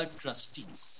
trustees